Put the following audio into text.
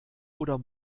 oder